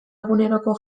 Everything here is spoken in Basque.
eguneroko